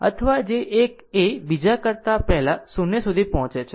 અથવા જે એક એ બીજા કરતા પહેલા 0 સુધી પહોંચે છે